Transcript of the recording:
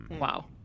Wow